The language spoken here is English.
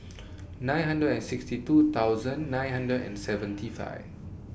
nine hundred and sixty two thousand nine hundred and seventy five